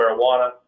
marijuana